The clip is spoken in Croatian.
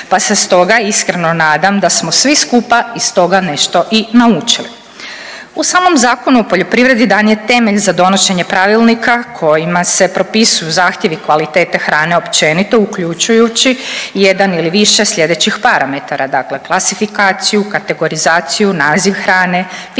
pa se stoga iskreno nadam da smo svi skupa iz toga nešto i naučili. U samom Zakonu o poljoprivredi dan je temelj za donošenje pravilnika kojima se propisuju zahtjevi kvalitete hrane općenito uključujući jedan ili više slijedećih parametara, dakle klasifikaciju, kategorizaciju, naziv hrane, fizikalna,